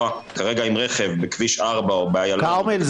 כרגע עם רכב בכביש 4 או באיילון --- כרמל,